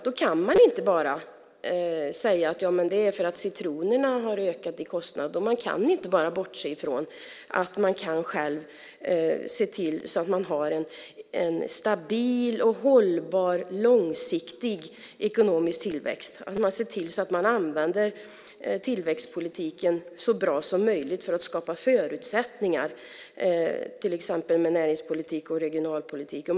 Då kan man inte bara säga att allt handlar om att citronerna har ökat i pris. Man kan inte bara bortse från att man själv kan se till att man har en stabil och hållbar långsiktig ekonomisk tillväxt, det vill säga att man ser till så att man använder tillväxtpolitiken så bra som möjligt för att skapa förutsättningar, till exempel med näringspolitik och regionalpolitik.